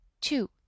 two